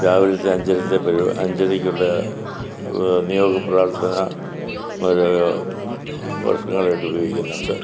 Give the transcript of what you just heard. രാവിലത്തെ അഞ്ചരത്തെ അഞ്ചരയ്ക്കുള്ള നിയോഗ പ്രാർത്ഥന വർഷങ്ങളായിട്ട് ഉപയോഗിക്കുന്നുണ്ട്